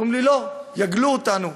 אומרים לי: לא, יגלו אותנו.